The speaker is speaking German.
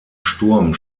sturm